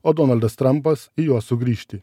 o donaldas trampas į juos sugrįžti